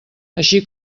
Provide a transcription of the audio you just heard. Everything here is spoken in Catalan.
així